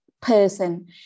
person